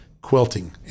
quilting